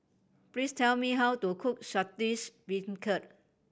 please tell me how to cook Saltish Beancurd